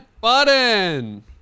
button